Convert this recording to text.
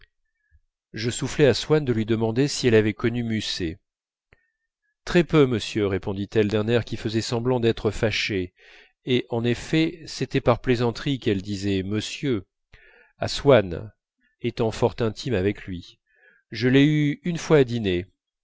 je soufflai à swann de lui demander si elle avait connu musset très peu monsieur répondit-elle d'un air qui faisait semblant d'être fâché et en effet c'était par plaisanterie qu'elle disait monsieur à swann étant fort intime avec lui je l'ai eu une fois à dîner